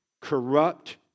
corrupt